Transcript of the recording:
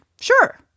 Sure